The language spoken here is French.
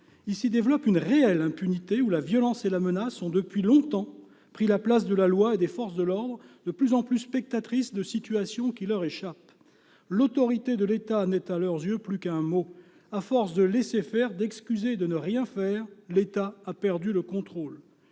Il se développe une réelle impunité, la violence et la menace ayant depuis longtemps pris la place de la loi et de forces de l'ordre de plus en plus spectatrices de situations qui leur échappent. L'autorité de l'État, à leurs yeux, n'est plus qu'un mot. À force de laisser faire, d'excuser et de ne rien faire, l'État a perdu le contrôle.